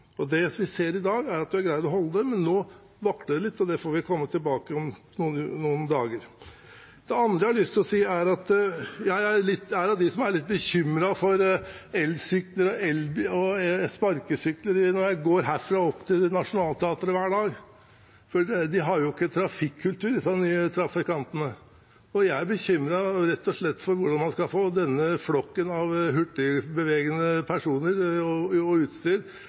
langsiktig satsing. Det vi ser i dag, er at vi har greid å holde det, men nå vakler det litt, og det får vi komme tilbake til om noen dager. Det andre jeg har lyst til å si, er at jeg er av dem som er litt bekymret for elsykler og sparkesykler når jeg går herfra og opp til Nationaltheatret hver dag, for de har jo ikke trafikkultur, disse trafikantene. Jeg er rett og slett bekymret for hvordan man skal få denne flokken av hurtigbevegende personer og utstyr